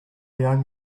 young